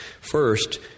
First